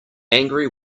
angry